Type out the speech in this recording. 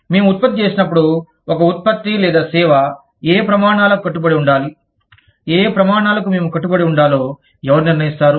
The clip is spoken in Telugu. మేము ఉత్పత్తి చేసినప్పుడు ఒక ఉత్పత్తి లేదా సేవ ఏ ప్రమాణాలకు కట్టుబడి ఉండాలిఏ ప్రమాణాలకు మేము కట్టుబడి ఉండాలో ఎవరు నిర్ణయిస్తారు